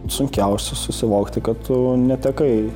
sunkiausia susivokti kad tu netekai